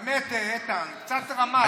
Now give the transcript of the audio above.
באמת, איתן, קצת רמה.